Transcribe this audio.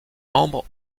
membres